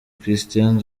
christian